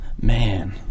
Man